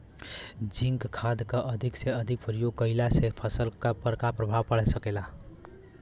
Zinc खाद क अधिक से अधिक प्रयोग कइला से फसल पर का प्रभाव पड़ सकेला?